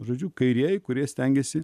žodžiu kairieji kurie stengėsi